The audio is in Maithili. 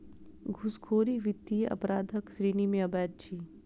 घूसखोरी वित्तीय अपराधक श्रेणी मे अबैत अछि